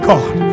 God